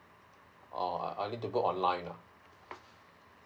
oh I I need to book online nah